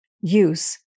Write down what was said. use